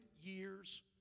years